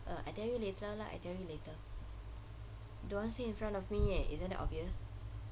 uh I tell you later lah I tell you later don't want to say in front of me eh isn't that obvious